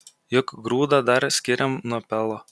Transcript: juk grūdą dar skiriam nuo pelo